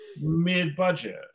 mid-budget